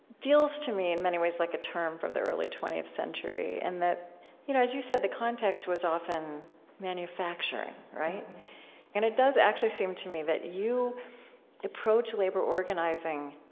feels to me, in many ways, like a term from the early twentieth century and that you know as you said, the context was often manufacturing. and it does actually seem to me that you approach labor organizing,